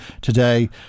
today